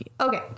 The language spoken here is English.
Okay